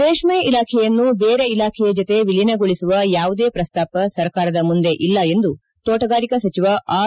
ರೇಷ್ಮ ಇಲಾಖೆಯನ್ನು ಬೇರೆ ಇಲಾಖೆಯ ಜತೆ ಎಲೀನಗೊಳಿಸುವ ಯಾವುದೇ ಪ್ರಸ್ತಾಪ ಸರ್ಕಾರದ ಮುಂದೆ ಇಲ್ಲ ಎಂದು ತೋಟಗಾರಿಕಾ ಸಚಿವ ಆರ್